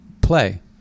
play